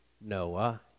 Noah